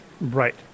Right